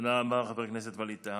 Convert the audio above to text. תודה רבה, חבר הכנסת ווליד טאהא.